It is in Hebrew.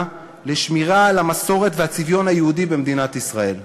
לשמירה על המסורת והצביון היהודי במדינת ישראל.